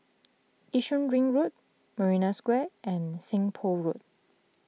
Yishun Ring Road Marina Square and Seng Poh Road